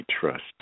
trust